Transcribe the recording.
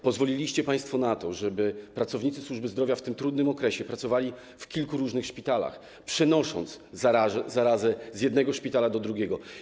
Pozwoliliście państwo na to, żeby pracownicy służby zdrowia w tym trudnym okresie pracowali w kilku różnych szpitalach, przenosząc zarazę z jednego szpitala do drugiego.